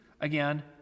again